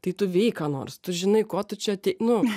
tai tu veik ką nors tu žinai ko tu čia atei nu